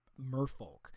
merfolk